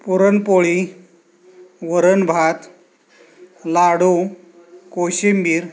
पुरणपोळी वरणभात लाडू कोशिंबीर